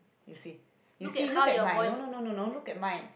you see you see look at mine no no no no no look at mine